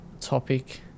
topic